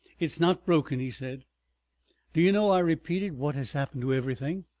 it's not broken, he said. do you know, i repeated, what has happened to everything?